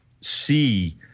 see